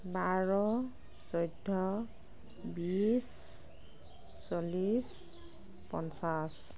বাৰ চৈধ্য় বিশ চল্লিছ পঞ্চাছ